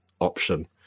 option